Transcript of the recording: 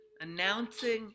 announcing